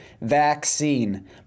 vaccine